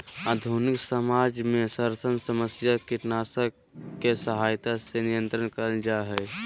आधुनिक समाज में सरसायन समस्या कीटनाशक के सहायता से नियंत्रित करल जा हई